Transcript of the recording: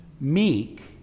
meek